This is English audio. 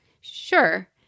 Sure